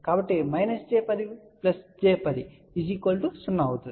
కాబట్టి j 10 j 10 0 అవుతుంది